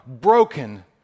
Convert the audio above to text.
broken